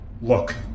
Look